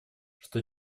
что